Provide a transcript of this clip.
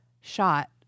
shot